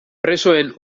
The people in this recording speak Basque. presoen